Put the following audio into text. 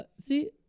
See